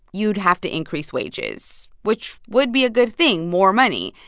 you'd have to increase wages, which would be a good thing more money.